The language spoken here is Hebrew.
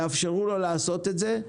יאפשרו לו לעשות את זה.